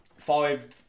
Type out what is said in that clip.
five